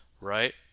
right